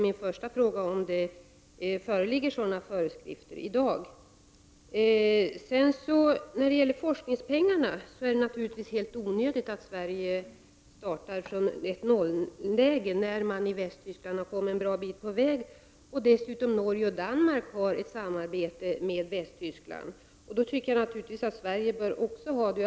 Min första fråga är om det föreligger sådana föreskrifter i dag. När det gäller forskningspengarna är det onödigt att Sverige startar från ett nolläge. I Västtyskland har man nämligen kommit en bra bit på väg, och dessutom har Norge och Danmark ett samarbete med Västtyskland. Jag tycker att Sverige naturligtvis också bör ha det.